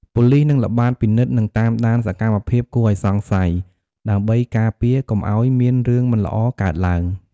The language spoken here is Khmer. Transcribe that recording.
ប៉ូលីសនឹងល្បាតពិនិត្យ និងតាមដានសកម្មភាពគួរឱ្យសង្ស័យ ដើម្បីការពារកុំឱ្យមានរឿងមិនល្អកើតឡើង។